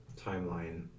timeline